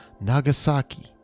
Nagasaki